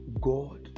God